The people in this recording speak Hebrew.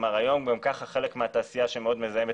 גם הדו"ח של האגודה וגם של אקו-טריידרס שעשו למגזר הציבורי.